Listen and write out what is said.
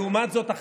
לעומת זאת,